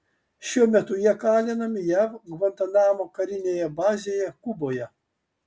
šiuo metu jie kalinami jav gvantanamo karinėje bazėje kuboje